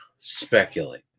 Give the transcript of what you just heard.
speculate